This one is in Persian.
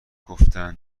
گفتن